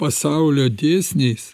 pasaulio dėsniais